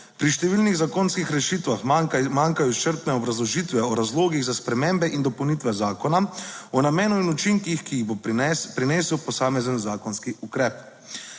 Pri številnih zakonskih rešitvah manjkajo izčrpne obrazložitve o razlogih za spremembe in dopolnitve zakona, o namenu in učinkih, ki jih bo prinesel posamezen zakonski ukrep.